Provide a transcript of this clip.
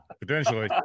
Potentially